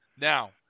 Now